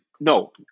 No